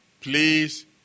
please